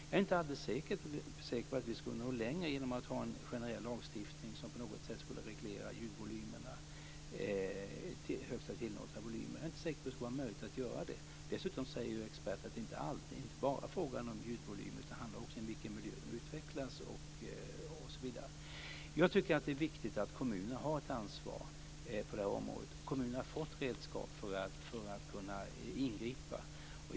Jag är inte alldeles säker på att vi skulle nå längre genom att ha en generell lagstiftning som på något sätt skulle reglera ljudvolymerna till högsta tillåtna volym. Jag är inte säker på att det skulle vara möjligt att göra det. Dessutom säger ju experter att det inte bara är frågan om ljudvolymer, utan att det också handlar om i vilken miljö de utvecklas osv. Jag tycker att det är viktigt att kommunerna har ett ansvar på det här området. Kommunerna har fått redskap för att kunna ingripa.